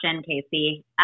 Casey